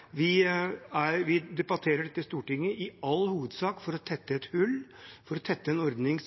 på dette. Vi debatterer dette i Stortinget i all hovedsak for å tette et hull i en ordning